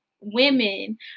women